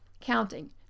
counting